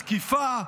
תקיפה,